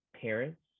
parents